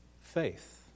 Faith